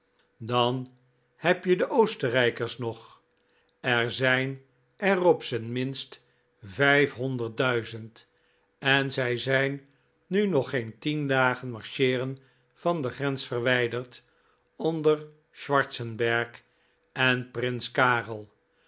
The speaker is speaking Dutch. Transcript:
dan heb je de oostenrijkers nog er zijn er op zijn minst vijfhonderd duizend en zij zijn nu nog geen tien dagen marcheeren van de grens verwijderd onder schwartzenberg en prins karel